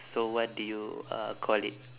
so what do you uh call it